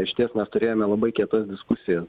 išties mes turėjome labai kietas diskusijas